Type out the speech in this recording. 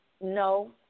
no